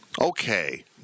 Okay